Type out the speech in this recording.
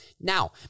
Now